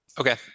Okay